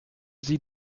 sie